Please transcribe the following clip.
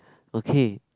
okay